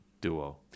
duo